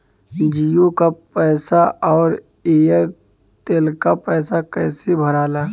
जीओ का पैसा और एयर तेलका पैसा कैसे भराला?